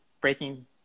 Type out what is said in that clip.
breaking